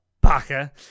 Baka